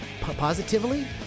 positively